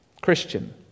Christian